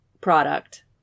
product